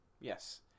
Yes